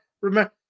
remember